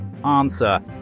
Answer